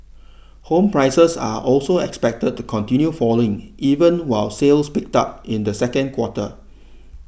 home prices are also expected to continue falling even while sales picked up in the second quarter